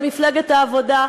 למפלגת העבודה.